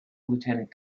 lieutenant